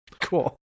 Cool